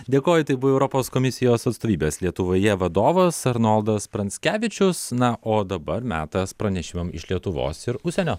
dėkoju tai buvo europos komisijos atstovybės lietuvoje vadovas arnoldas pranckevičius na o dabar metas pranešimam iš lietuvos ir užsienio